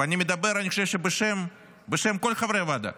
אני מדבר, אני חושב, בשם כל חברי הוועדה,